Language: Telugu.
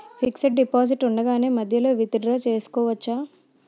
ఫిక్సడ్ డెపోసిట్ ఉండగానే మధ్యలో విత్ డ్రా చేసుకోవచ్చా?